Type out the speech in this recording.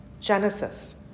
Genesis